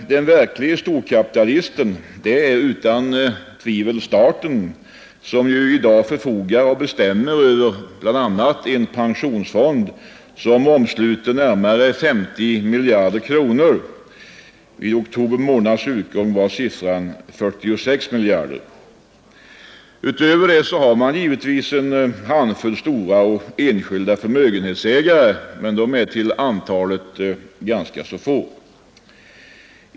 Den verklige storkapitalisten är utan tvivel staten, som i dag förfogar och bestämmer över bl.a. en pensionsfond som omsluter närmare 50 miljarder kronor — vid oktober månads utgång var siffran 46 miljarder. Därutöver har vi givetvis en handfull stora enskilda förmögenhetsägare, men de är ganska få.